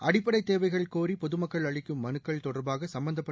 அடிப்படை தேவைகள் கோரி பொதுமக்கள் அளிக்கும் மனுக்கள் தொடர்பாக சம்பந்தப்பட்ட